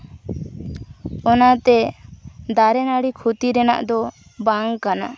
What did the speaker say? ᱚᱱᱟᱛᱮ ᱫᱟᱨᱮ ᱱᱟᱹᱲᱤ ᱠᱷᱚᱛᱤ ᱨᱮᱱᱟᱜ ᱫᱚ ᱵᱟᱝ ᱠᱟᱱᱟ